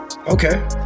Okay